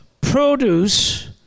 produce